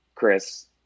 Chris